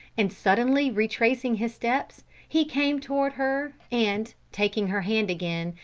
and suddenly retracing his steps, he came toward her, and, taking her hand again,